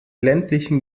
ländlichen